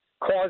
cause